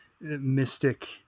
mystic